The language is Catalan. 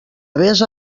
besa